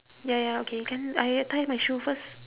ya ya okay can I tie my shoe first